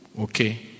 okay